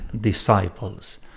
disciples